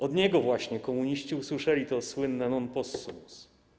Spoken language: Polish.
Od niego właśnie komuniści usłyszeli to słynne: non possumus.